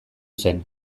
zen